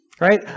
Right